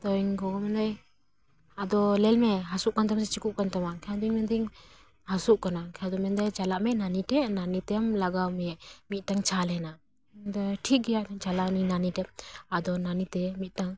ᱟᱫᱚ ᱤᱧ ᱜᱚᱜᱚ ᱢᱮᱱᱮᱫᱟᱭ ᱟᱫᱚ ᱧᱮᱞ ᱢᱮ ᱦᱟᱹᱥᱩᱜ ᱠᱟᱱ ᱛᱟᱢᱟ ᱥᱮ ᱪᱤᱠᱟᱹᱜ ᱠᱟᱱ ᱛᱟᱢᱟ ᱮᱱᱠᱷᱟᱡ ᱫᱚ ᱢᱮᱱᱮᱫᱟ ᱦᱟᱥᱩᱜ ᱠᱟᱱᱟ ᱠᱷᱟᱡ ᱫᱚᱭ ᱢᱮᱱᱮᱫᱟ ᱪᱟᱞᱟᱜ ᱢᱮ ᱱᱟᱹᱱᱤ ᱴᱷᱮᱡ ᱱᱟᱹᱱᱤ ᱛᱮᱢ ᱞᱟᱜᱟᱣ ᱢᱮᱭᱟ ᱢᱤᱫᱴᱟᱝ ᱪᱷᱟᱞ ᱢᱮᱱᱟᱜᱼᱟ ᱟᱫᱚ ᱴᱷᱤᱠ ᱜᱮᱭᱟ ᱟᱫᱚ ᱪᱟᱞᱟᱣ ᱮᱱᱟᱹᱧ ᱱᱟᱹᱱᱤ ᱴᱷᱮᱡ ᱟᱫᱚ ᱱᱟᱹᱱᱤ ᱛᱮ ᱢᱤᱫᱴᱟᱝ